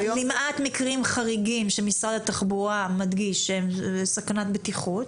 למעט מקרים חריגים שמשרד התחבורה מדגיש שהם סכנת בטיחות,